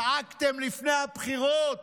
צעקתם לפני הבחירות